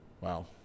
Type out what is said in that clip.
Wow